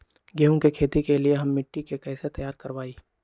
गेंहू की खेती के लिए हम मिट्टी के कैसे तैयार करवाई?